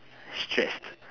stressed